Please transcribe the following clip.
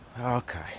okay